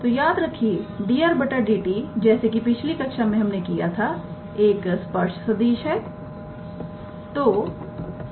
तो याद रखिए रखिए 𝑑𝑟⃗ 𝑑𝑡 जैसे कि पिछली कक्षा में हमने किया था एक स्पर्श सदिश है